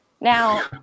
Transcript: Now